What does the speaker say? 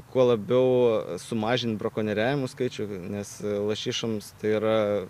kuo labiau sumažint brakonieriavimų skaičių nes lašišoms tai yra